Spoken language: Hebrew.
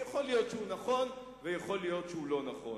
שיכול להיות שהוא נכון ויכול להיות שהוא לא נכון.